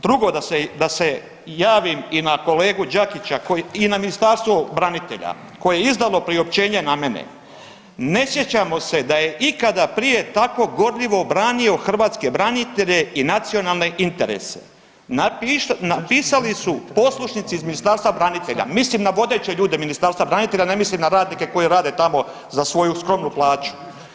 Drugo da se javim i na kolegu Đakića i na Ministarstva branitelja koje je izdalo priopćenje na mene, „ne sjećamo se da je ikada prije tako gorljivo branio hrvatske branitelje i nacionalne interese“, napisali su poslušnici iz Ministarstva branitelja, mislim na vodeće ljude Ministarstva branitelja, ne mislim na radnike koji rade tamo za svoju skromnu plaću.